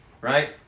Right